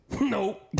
Nope